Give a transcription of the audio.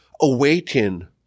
awaken